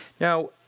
Now